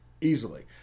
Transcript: easily